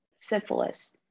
syphilis